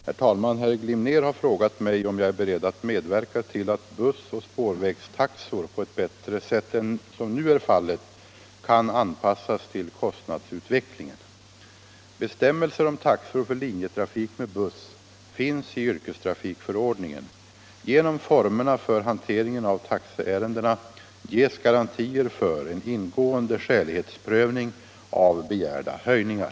Herr talman! Herr Glimnér har frågat mig om jag är beredd att medverka till att bussoch spårvägstaxor på ett bättre sätt än som nu är fallet kan anpassas till kostnadsutvecklingen. Bestämmelser om taxor för linjetrafik med buss finns i yrkestrafikförordningen. Genom formerna för hanteringen av taxeärenden ges garantier för en ingående skälighetsprövning av begärda höjningar.